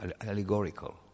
allegorical